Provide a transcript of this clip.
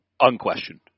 Unquestioned